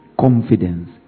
confidence